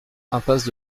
impasse